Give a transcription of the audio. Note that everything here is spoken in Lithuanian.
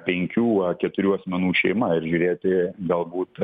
penkių keturių asmenų šeima ir žiūrėti galbūt